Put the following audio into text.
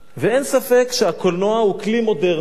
אין ספק שהקולנוע הוא כלי מודרני.